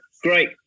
great